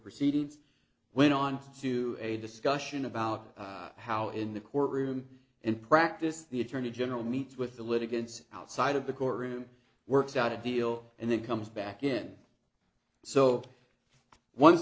proceedings went on to a discussion about how in the courtroom in practice the attorney general meets with the litigants outside of the courtroom works out a deal and then comes back in so once